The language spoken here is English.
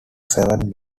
seven